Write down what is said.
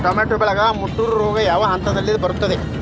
Tomato ಬೆಳೆಗೆ ಮುಟೂರು ರೋಗ ಯಾವ ಹಂತದಲ್ಲಿ ಬರುತ್ತೆ?